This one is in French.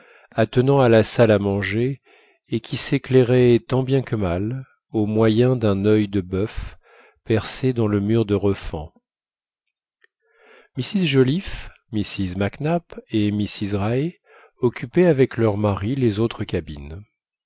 attenant à la salle à manger et qui s'éclairait tant bien que mal au moyen d'un oeil de boeuf percé dans le mur de refend mrs joliffe mrs mac nap et mrs raë occupaient avec leurs maris les autres cabines